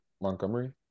Montgomery